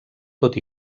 tot